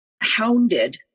hounded